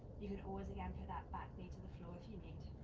you can always, again, put that back knee to the floor if you need.